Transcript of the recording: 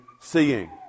seeing